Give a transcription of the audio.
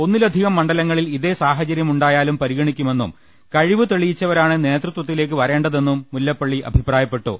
ഒന്നിലധികം മണ്ഡലങ്ങളിൽ ഇതേ സാഹചര്യം ഉണ്ടായാലും പരി ഗണിക്കുമെന്നും കഴിവ് തെളിയിച്ചവരാണ് നേതൃത്വത്തിലേക്ക് വരേ ണ്ടതെന്നും മുല്ലപ്പള്ളി അഭിപ്രായപ്പെട്ടു